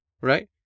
right